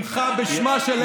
ממך בשמה של ארץ ישראל,